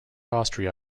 austria